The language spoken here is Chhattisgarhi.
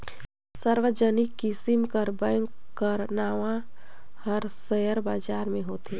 सार्वजनिक किसिम कर बेंक कर नांव हर सेयर बजार में होथे